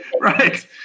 Right